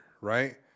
right